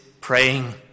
praying